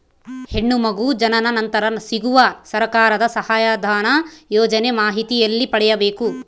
ಹೆಣ್ಣು ಮಗು ಜನನ ನಂತರ ಸಿಗುವ ಸರ್ಕಾರದ ಸಹಾಯಧನ ಯೋಜನೆ ಮಾಹಿತಿ ಎಲ್ಲಿ ಪಡೆಯಬೇಕು?